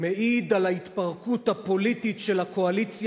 מעיד על ההתפרקות הפוליטית של הקואליציה